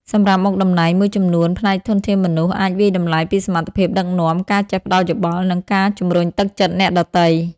សម្រាប់មុខតំណែងមួយចំនួន ផ្នែកធនធានមនុស្ស អាចវាយតម្លៃពីសមត្ថភាពដឹកនាំ ការចេះផ្ដល់យោបល់ និងការជំរុញទឹកចិត្តអ្នកដទៃ។